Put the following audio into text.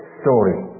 story